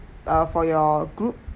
uh for your group